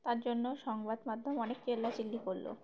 তার জন্য সংবাদ মাধ্যম অনেক চিল্লামিল্লি করল